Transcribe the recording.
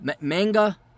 Manga